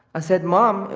i said, mom,